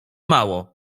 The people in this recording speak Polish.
mało